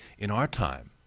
in our time,